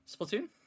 Splatoon